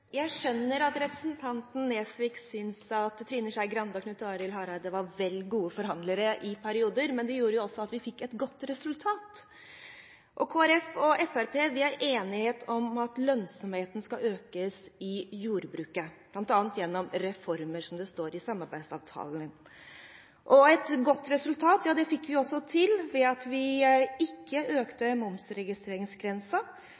Jeg skjønner at representanten Nesvik synes at Trine Skei Grande og Knut Arild Hareide var vel gode forhandlere i perioder, men det gjorde jo at vi fikk et godt resultat. Kristelig Folkeparti og Fremskrittspartiet er enige om at lønnsomheten i jordbruket skal økes, bl.a. gjennom «reformer», som det står i samarbeidsavtalen. Et godt resultat fikk vi også til ved at vi ikke